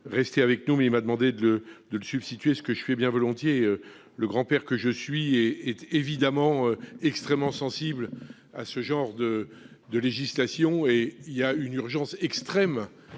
rester avec nous. Il m'a donc demandé de me substituer à lui, ce que je fais bien volontiers : le grand-père que je suis est évidemment extrêmement sensible à ce genre de législation. Il y a une urgence extrême